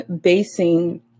basing